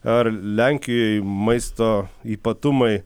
ar lenkijoj maisto ypatumai